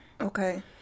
Okay